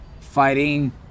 fighting